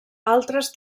altres